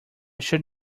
should